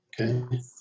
okay